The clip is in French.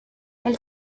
elle